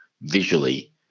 visually